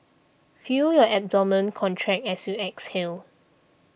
feel your abdomen contract as you exhale